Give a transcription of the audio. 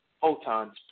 photons